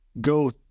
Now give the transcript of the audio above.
go